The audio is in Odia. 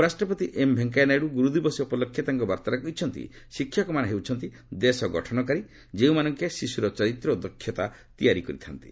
ଉପରାଷ୍ଟ୍ରପତି ଏମ୍ ଭେଙ୍କୟା ନାଇଡୁ ଗୁରୁଦିବସ ଉପଲକ୍ଷେ ତାଙ୍କ ବାର୍ଭାରେ କହିଛନ୍ତି ଶିକ୍ଷକମାନେ ହେଉଛନ୍ତି ଦେଶ ଗଠନକାରୀ ଯେଉଁମାନେ କି ଶିଶ୍ରର ଚରିତ୍ର ଓ ଦକ୍ଷତା ତିଆରି କରିଥା'ନ୍ତି